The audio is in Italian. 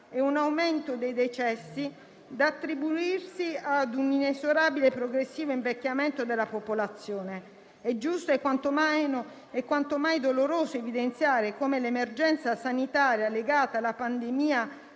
a un aumento dei decessi, da attribuirsi a un inesorabile e progressivo invecchiamento della popolazione. È giusto e quanto mai doloroso evidenziare come l'emergenza sanitaria legata alla pandemia